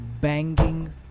banging